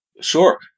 Sure